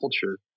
culture